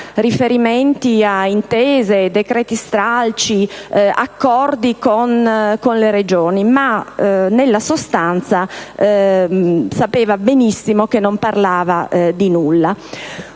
riferimento a intese, a decreti stralcio, ad accordi con le Regioni, ma nella sostanza sapeva benissimo che parlava di nulla.